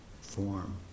form